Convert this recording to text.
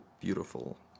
beautiful